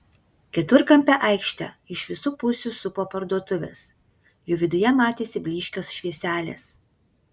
keturkampę aikštę iš visų pusių supo parduotuvės jų viduje matėsi blyškios švieselės